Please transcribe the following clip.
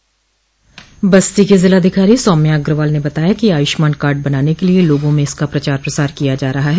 बस्ती की जिलाधिकारी सौम्या अग्रवाल ने बताया कि आयुष्मान कार्ड बनाने के लिए लोगों में इसका प्रचार प्रसार किया जा रहा है